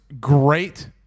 great